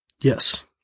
Yes